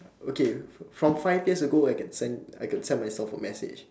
okay from five years ago if I can send myself a message